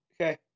Okay